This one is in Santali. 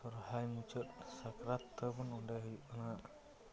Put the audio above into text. ᱥᱚᱦᱚᱨᱟᱭ ᱢᱩᱪᱟᱹᱫ ᱥᱟᱠᱨᱟᱛ ᱛᱟᱵᱚᱱ ᱱᱚᱸᱰᱮ ᱦᱩᱭᱩᱜ ᱠᱟᱱᱟ